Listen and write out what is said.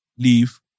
Leave